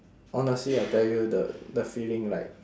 honestly I tell you the the feeling like